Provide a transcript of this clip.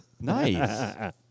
Nice